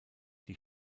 die